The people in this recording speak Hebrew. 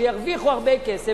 שהם ירוויחו הרבה כסף,